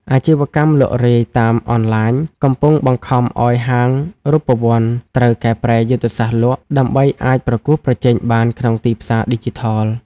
អាជីវកម្មលក់រាយតាមអនឡាញ កំពុងបង្ខំឱ្យហាងរូបវន្តត្រូវកែប្រែយុទ្ធសាស្ត្រលក់ ដើម្បីអាចប្រកួតប្រជែងបានក្នុងទីផ្សារឌីជីថល។